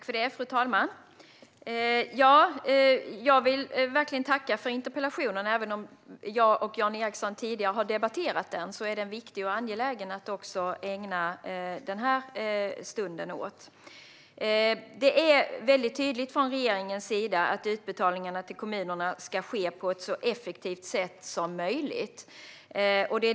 Fru talman! Jag vill verkligen tacka för interpellationen. Även om Jan Ericson och jag har debatterat det här tidigare är det ändå viktigt och angeläget att ägna den här stunden åt denna fråga. Regeringen är tydlig med att utbetalningarna till kommunerna ska ske på ett så effektivt sätt som möjligt.